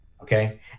okay